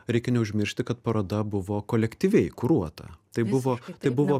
reikia neužmiršti kad paroda buvo kolektyviai kuruota tai buvo tai buvo